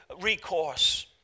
recourse